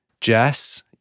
Jess